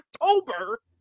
October